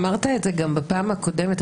אמרת את זה גם בפעם הקודמת.